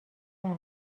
هستش